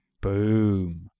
Boom